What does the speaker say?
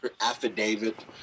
affidavit